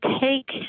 take